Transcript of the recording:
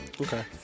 Okay